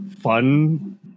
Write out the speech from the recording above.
fun